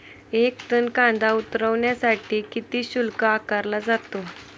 एक टन कांदा उतरवण्यासाठी किती शुल्क आकारला जातो?